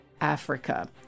Africa